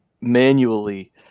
manually